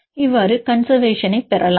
எனவே கன்செர்வேசன் ஐ பெறலாம்